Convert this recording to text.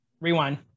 Rewind